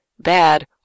bad